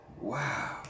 Wow